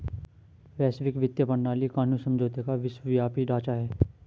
वैश्विक वित्तीय प्रणाली कानूनी समझौतों का विश्वव्यापी ढांचा है